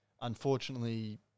unfortunately